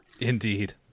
Indeed